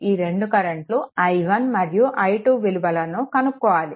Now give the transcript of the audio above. ఈ రెండు కరెంట్లు i1 మరియు i2 విలువలను కనుక్కోవాలి